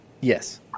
Yes